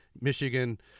Michigan